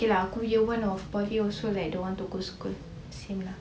okay lah aku year one of polytechnic also like don't want to go school same lah